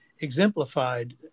exemplified